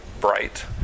bright